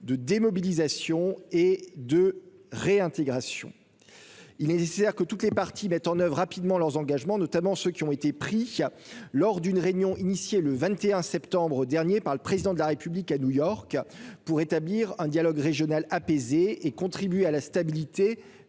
de démobilisation et de réintégration, il est nécessaire que toutes les parties mettent en oeuvre rapidement leurs engagements, notamment ceux qui ont été pris, lors d'une réunion initiée le 21 septembre dernier par le président de la République à New York pour établir un dialogue régional apaisée et contribuer à la stabilité